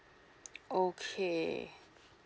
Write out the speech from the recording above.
okay